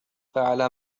فعل